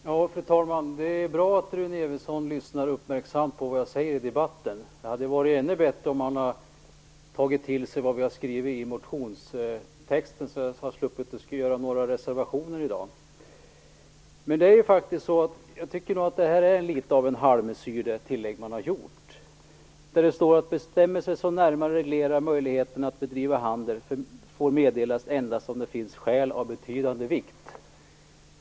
Fru talman! Det är bra att Rune Evensson lyssnar uppmärksamt på vad jag säger i debatten. Det hade varit ännu bättre om han hade tagit till sig vad vi har skrivit i motionstexten, för då hade vi sluppit att skriva några reservationer. Jag tycker att det tillägg man har gjort är litet av en halvmesyr. Det står att bestämmelser som närmare reglerar möjligheten att bedriva handel får meddelas endast om det finns skäl av betydande vikt.